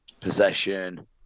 possession